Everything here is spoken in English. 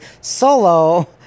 solo